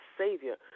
savior